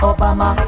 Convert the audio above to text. Obama